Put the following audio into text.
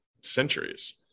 centuries